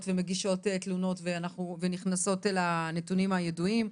ומגישות תלונות ונכנסות לנתונים הידועים.